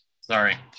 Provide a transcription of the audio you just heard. Sorry